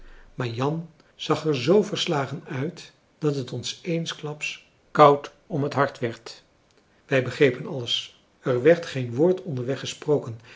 maar jan zag er zoo verslagen uit dat het ons eensklaps koud om het hart werd wij begrepen alles er werd geen woord onderweg gesproken